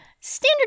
Standard